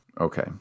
Okay